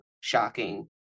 shocking